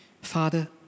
Father